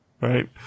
Right